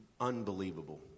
Unbelievable